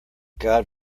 god